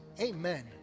amen